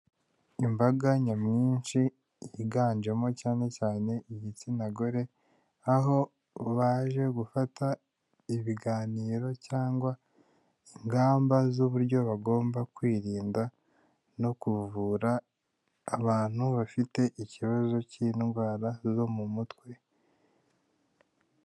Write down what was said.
Imbaga nyamwinshi yiganjemo cyane cyane igitsina gore, aho baje gufata ibiganiro cyangwa ingamba z'uburyo bagomba kwirinda no kuvura abantu bafite ikibazo cy'indwara zo mu mutwe.